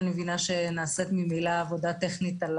אני מבינה שנעשית ממילא עבודה טכנית על